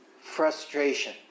frustration